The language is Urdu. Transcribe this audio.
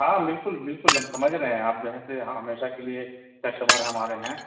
ہاں بالکل بالکل ہم سمجھ رہے ہیں آپ جو ہے سے ہمیشہ کے لیے کسٹمر ہیں ہمارے ہیں